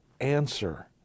answer